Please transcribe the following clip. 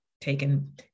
taken